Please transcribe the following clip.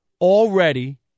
already